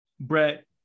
Brett